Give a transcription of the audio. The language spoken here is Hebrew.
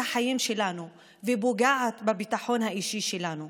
החיים שלנו ופוגעת בביטחון האישי שלנו.